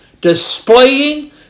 displaying